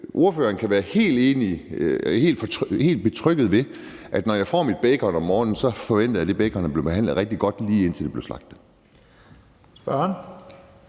ordføreren kan være helt betrygget ved, at når jeg får mit bacon om morgenen, så forventer jeg, at det er fra en gris, der er blevet behandlet rigtig godt, lige indtil den blev slagtet.